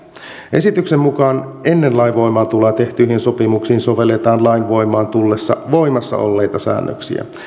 esityksen mukaan ennen lain voimaantuloa tehtyihin sopimuksiin sovelletaan lain voimaan tullessa voimassa olleita säännöksiä